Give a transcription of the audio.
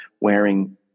wearing